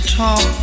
talk